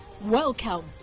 Welcome